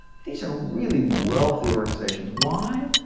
these are really wealthy organization. why?